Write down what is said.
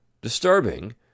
disturbing